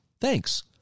thanks